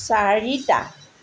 চাৰিটা